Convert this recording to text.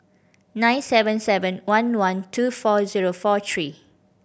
nine seven seven one one two four zero four three